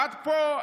ואת פה,